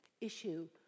issue